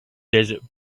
desert